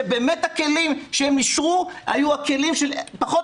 שהכלים שהם אישרו באמת היו כלים של פחות